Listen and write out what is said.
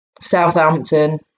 Southampton